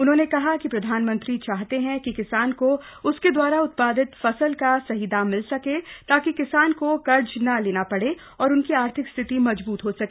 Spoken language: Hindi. उन्होंने कहा कि प्रधानमंत्री चाहते हैं कि किसान को उसके दवारा उत्पादित फसल का सही दाम मिल सके ताकि किसान को कर्ज न लेना पड़े और उनकी आर्थिक स्थिति मजबूत हो सके